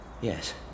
Yes